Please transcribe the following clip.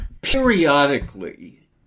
periodically